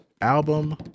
Album